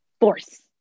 force